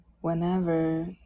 Whenever